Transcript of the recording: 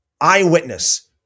eyewitness